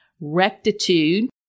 rectitude